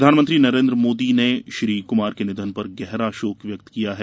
प्रधानमंत्री नरेन्द्र मोदी ने श्री कुमार के निधन पर गहरा शोक व्यक्त किया है